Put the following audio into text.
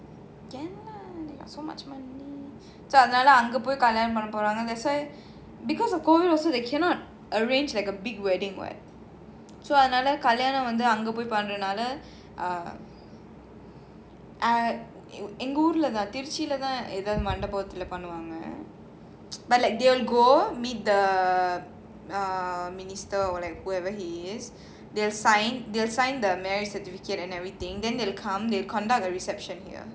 can ah so much money so that's why because of COVID also they cannot arrange like a big wedding [what] so அதனாலஅங்கபொய்கல்யாணம்பண்ணபோறாங்க:adhanala anga poi kalyanam panna poranga like they will go meet the err minister or like whoever he is they will sign they will sign the marriage certificate and everything then they will come they will conduct a reception here